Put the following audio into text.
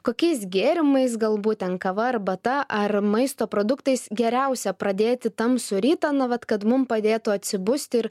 kokiais gėrimais galbūt ten kava arbata ar maisto produktais geriausia pradėti tamsų rytą na vat kad mum padėtų atsibusti ir